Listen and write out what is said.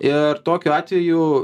ir tokiu atveju